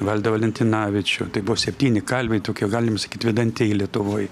valdą valentinavičių tai buvo septyni kalviai tokie galim sakyt vedantieji lietuvoj